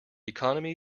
economy